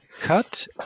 cut